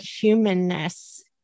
humanness